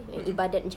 mm mm